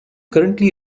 currently